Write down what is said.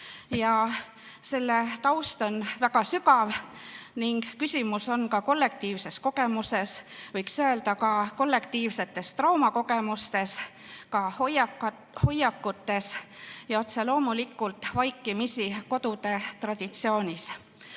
Selle taust on väga sügav ning küsimus on ka kollektiivses kogemuses, võiks öelda ka kollektiivsetes traumakogemustes, ka hoiakutes ja otse loomulikult vaikimisi kodude traditsioonis.